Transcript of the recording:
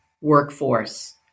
workforce